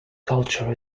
culture